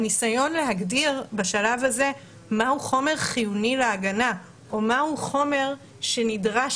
הניסיון להגדיר בשלב הזה מה הוא חומר חיוני להגנה או מה הוא חומר שנדרש,